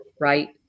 right